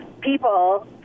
people